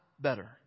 better